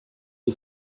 you